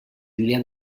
julià